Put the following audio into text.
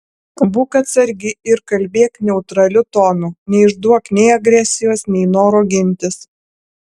būk atsargi ir kalbėk neutraliu tonu neišduok nei agresijos nei noro gintis